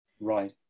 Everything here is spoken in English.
Right